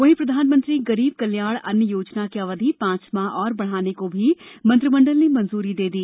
वहीं प्रधानमंत्री गरीब कल्याण अन्न योजना की अवधि पांच माह और बढ़ाने को भी मंत्रिमंडल ने मंजूरी दे दी